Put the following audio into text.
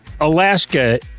Alaska